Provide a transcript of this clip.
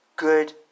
Good